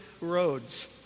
roads